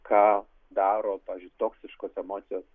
ką daro pavyzdžiui toksiškos emocijos